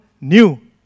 new